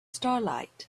starlight